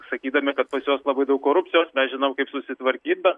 sakydami kad pas juos labai daug korupcijos mes žinom kaip susitvarkyti bet